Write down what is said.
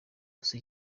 gusa